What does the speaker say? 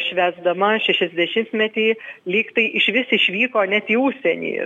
švęsdama šešiasdešimtmetį lyg tai išvis išvyko net į užsienį